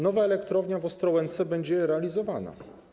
Nowa elektrownia w Ostrołęce będzie realizowana.